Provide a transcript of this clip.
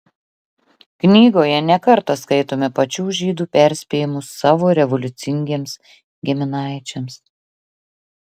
knygoje ne kartą skaitome pačių žydų perspėjimus savo revoliucingiems giminaičiams